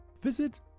Visit